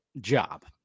job